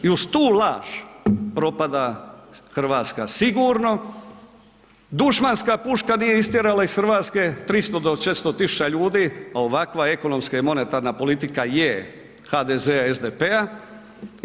I uz tu laž propada Hrvatska sigurno, dušmanska puška nije istjerala iz Hrvatske 300 do 400.000 ljudi, a ovakva ekonomska i monetarna politika je, HDZ-a i SDP-a.